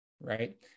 right